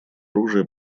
оружия